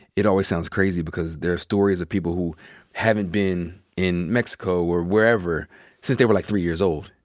it always sounds crazy because there are stories of people who haven't been in mexico or wherever since they were, like, three years old.